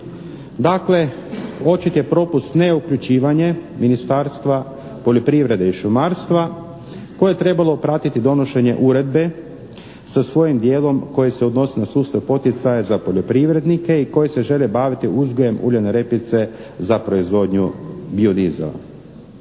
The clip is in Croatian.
Dakle, očit je propust neuključivanje Ministarstva poljoprivrede i šumarstva koje je trebalo pratiti donošenje uredbe sa svojim dijelom koje se odnosi na sustav poticaja za poljoprivrednike i koji se žele baviti uzgojem uljane repice za proizvodnju bio dizela.